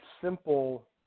simple